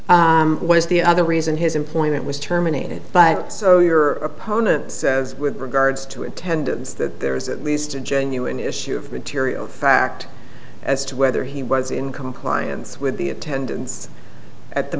was the other reason his employment was terminated but so your opponent says with regards to attendance that there is at least a genuine issue of material fact as to whether he was in compliance with the attendance at the